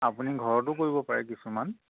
আপুনি ঘৰতো কৰিব পাৰে কিছুমান